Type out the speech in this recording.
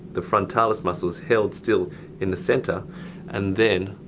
the frontalis muscle is held still in the center and then,